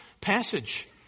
passage